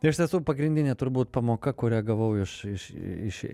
tai iš tiesų pagrindinė turbūt pamoka kurią gavau iš iš iš